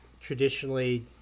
traditionally